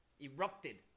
erupted